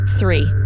three